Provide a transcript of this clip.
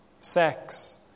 sex